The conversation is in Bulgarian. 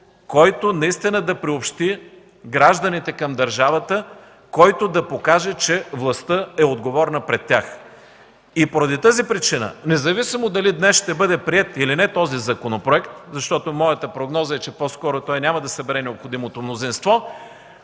който наистина да приобщи гражданите към държавата, който да покаже, че властта е отговорна пред тях. Поради тази причина, независимо дали днес ще бъде приет или не този законопроект, защото моята прогноза е, че по-скоро той няма да събере необходимото мнозинство,